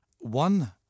one